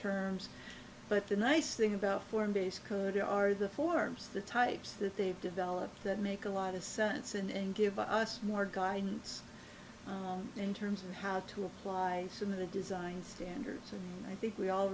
terms but the nice thing about form base could be are the forms the types that they've developed that make a lot of sense and give us more guidance in terms of how to apply some of the design standards and i think we all